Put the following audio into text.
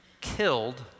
killed